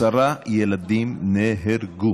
חבריא, עשרה ילדים נהרגו.